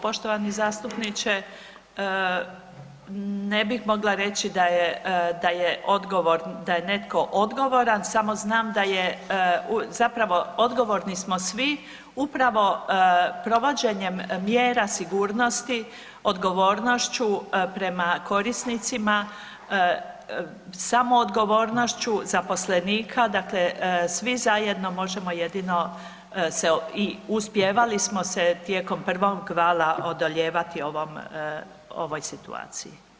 Poštovani zastupniče, ne bih mogla reći da je, da je odgovor, da je netko odgovoran, samo znam da je, zapravo odgovorni smo svi upravo provođenjem mjera sigurnosti odgovornošću prema korisnicima samo odgovornošću zaposlenika, dakle svi zajedno možemo jedino se i uspijevali smo se tijekom prvog vala odoljevati ovom, ovoj situaciji.